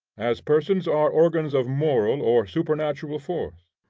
as persons are organs of moral or supernatural force.